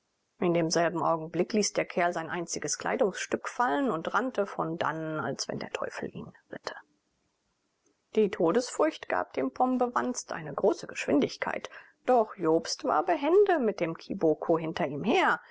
in demselben augenblick ließ der kerl sein einziges kleidungsstück fallen und rannte von dannen als wenn der teufel ihn ritte die todesfurcht gab dem pombewanst eine große geschwindigkeit doch jobst war behende mit dem kiboko hinter ihm her